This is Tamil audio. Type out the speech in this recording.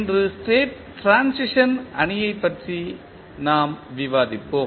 இன்று ஸ்டேட் ட்ரான்சிஷன் அணியைப் பற்றி நாம் விவாதிப்போம்